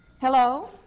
Hello